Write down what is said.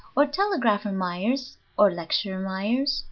or telegrapher myers, or lecturer myers,